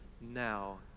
now